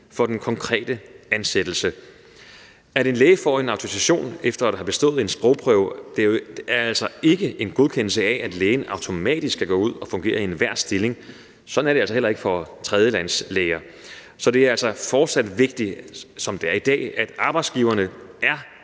i den konkrete ansættelse. At en læge får en autorisation efter at have bestået en sprogprøve, er altså ikke en godkendelse af, at lægen automatisk kan gå ud og fungere i enhver stilling. Sådan er det også for tredjelandslæger. Så det er altså fortsat vigtigt, ligesom det er i dag, at arbejdsgiverne er